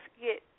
get